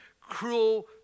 cruel